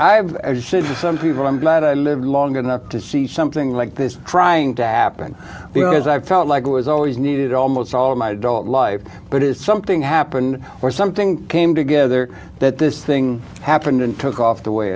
to some people i'm glad i lived long enough to see something like this trying to appen because i felt like it was always needed almost all of my adult life but it's something happened or something came together that this thing happened and took off the way